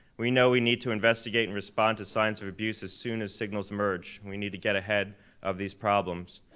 we know we need to investigate and respond to signs of abuse as soon as signals emerge, and we need to get ahead of these problems.